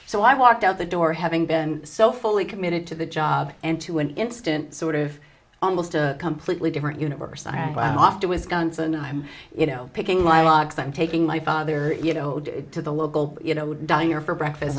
so i walked out the door having been so fully committed to the job and to an instant sort of almost a completely different universe and i'm off to his guns and i'm you know picking locks i'm taking my father you know to the local you know diner for breakfast